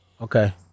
Okay